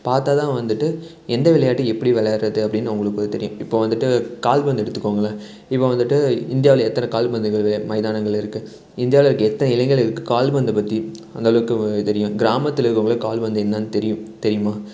பார்த்தாதான் வந்துட்டு எந்த விளையாட்டு எப்படி விளாட்றது அப்படின்னு அவர்களுக்கு தெரியும் இப்போ வந்துட்டு கால்பந்தை எடுத்துக்கோங்களேன் இப்போ வந்துட்டு இந்தியாவில் எத்தனை கால்பந்து மைதானங்கள் இருக்குது இந்தியாவில் இருக்கிற எத்தனை இளைஞர்களுக்கு கால்பந்தை பற்றி அந்தளவுக்கு தெரியும் கிராமத்தில் இருக்கவங்களுக்கு கால்பந்து என்னென்று தெரியும் தெரியுமா